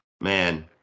Man